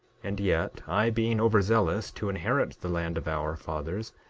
and yet, i being over-zealous to inherit the land of our fathers,